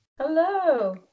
Hello